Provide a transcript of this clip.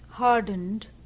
hardened